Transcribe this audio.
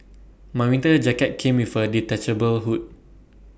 my winter jacket came with A detachable hood